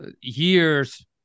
years